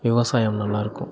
விவசாயம் நல்லாயிருக்கும்